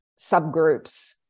subgroups